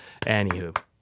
anywho